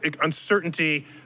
uncertainty